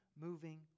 moving